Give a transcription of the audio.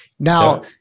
Now